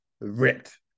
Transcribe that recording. ripped